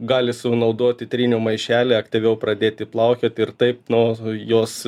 gali sunaudoti trynių maišelį aktyviau pradėti plaukioti ir taip nu jos